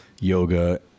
yoga